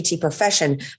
profession